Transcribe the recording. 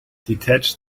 detach